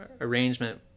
arrangement